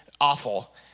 awful